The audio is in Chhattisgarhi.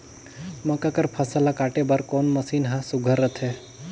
मक्का कर फसल ला काटे बर कोन मशीन ह सुघ्घर रथे?